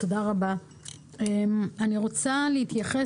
אני רוצה להתייחס